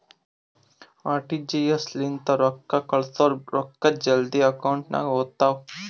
RTGS ಲಿಂತ ರೊಕ್ಕಾ ಕಳ್ಸುರ್ ರೊಕ್ಕಾ ಜಲ್ದಿ ಅಕೌಂಟ್ ನಾಗ್ ಹೋತಾವ್